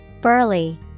Burly